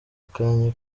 akanya